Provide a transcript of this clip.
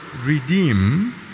redeem